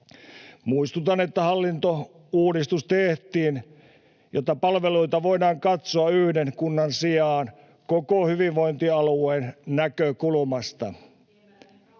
Muistutan, että hallintouudistus tehtiin, jotta palveluita voidaan katsoa yhden kunnan sijaan koko hyvinvointialueen näkökulmasta.